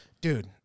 Dude